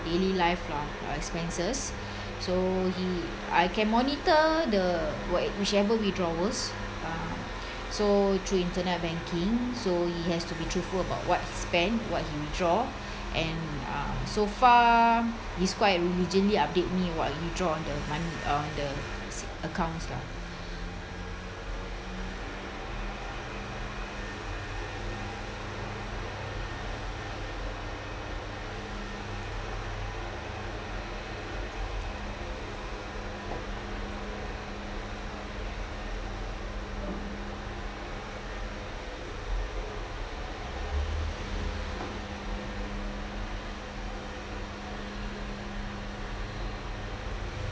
daily life lor uh expenses so he I can monitor the whichever withdrawals uh so through internet banking so he has to be truthful about what he spend what he withdraw and uh so far he's quite religionly update me what he draw on the money on the accounts lah